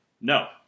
no